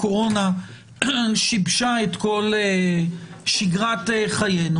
הקורונה שיבשה את כל שגרת חיינו,